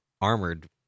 armored